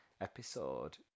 episode